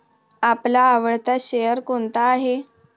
आपला आवडता शेअर कोणता आहे?